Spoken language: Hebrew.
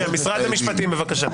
משרד המשפטים, בבקשה.